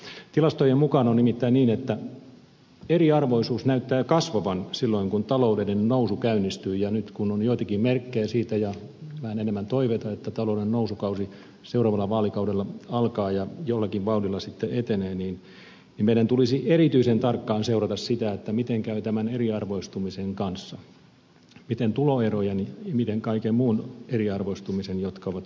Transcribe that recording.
tilastojen mukaan on nimittäin niin että eriarvoisuus näyttää kasvavan silloin kun taloudellinen nousu käynnistyy ja nyt kun on joitakin merkkejä siitä ja vähän enemmän toiveita että taloudellinen nousukausi seuraavalla vaalikaudella alkaa ja jollakin vauhdilla sitten etenee meidän tulisi erityisen tarkkaan seurata sitä miten käy tämän eriarvoistumisen kanssa miten tuloerojen miten kaiken muun eriarvoistumisen jotka ovat kytköksissä